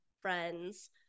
friends